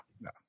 no